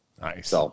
Nice